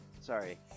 Sorry